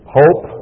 hope